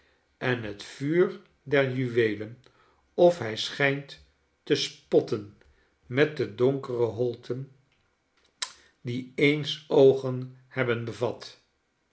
en het vuur der juweelen of hij schijnt te spotten met de donkere holten die eens oogen hebben bevat